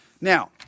Now